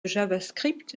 javascript